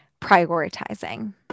Prioritizing